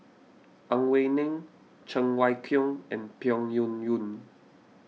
Ang Wei Neng Cheng Wai Keung and Peng Yuyun